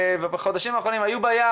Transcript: בחודשים האחרונים הנוער היה בים.